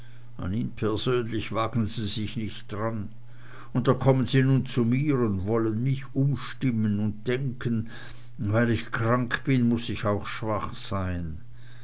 persönlich wagen sie sich nicht ran und da kommen sie nun zu mir und wollen mich umstimmen und denken weil ich krank bin muß ich auch schwach sein